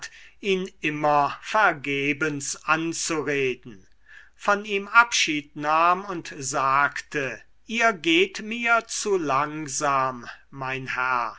ihn immer vergebens anzureden von ihm abschied nahm und sagte ihr geht mir zu langsam mein herr